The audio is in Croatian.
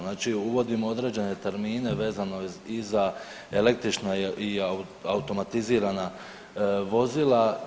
Znači uvodimo određene termine vezano i za električna i automatizirana vozila.